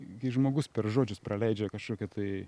gi žmogus per žodžius praleidžia kažkokią tai